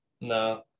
No